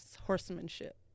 horsemanship